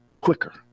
quicker